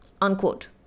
Unquote